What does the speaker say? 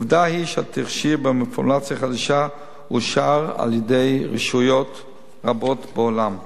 עובדה היא שהתכשיר בפורמולציה החדשה אושר על-ידי רשויות רבות בעולם.